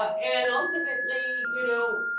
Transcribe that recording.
and ultimately, you know,